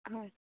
ಹಾಂ